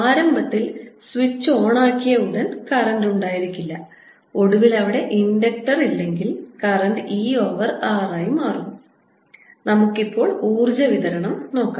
ആരംഭത്തിൽ സ്വിച്ച് ഓണാക്കിയ ഉടൻ കറന്റ് ഉണ്ടായിരിക്കില്ല ഒടുവിൽ അവിടെ ഇൻഡക്റ്റർ ഇല്ലെങ്കിൽ കറന്റ് E ഓവർ R ആയി മാറുന്നു നമുക്ക് ഇപ്പോൾ ഊർജ്ജ വിതരണം നോക്കാം